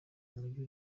umujyi